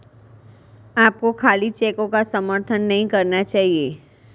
आपको खाली चेकों का समर्थन नहीं करना चाहिए